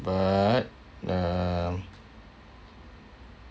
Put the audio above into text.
but um